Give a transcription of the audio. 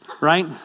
Right